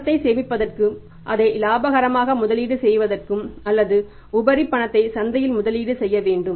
பணத்தை சேமிப்பதற்கும் அதை லாபகரமாக முதலீடு செய்வதற்கும் அல்லது உபரி பணத்தை சந்தையில் முதலீடு செய்ய வேண்டும்